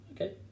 Okay